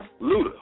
Luda